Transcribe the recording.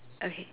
okay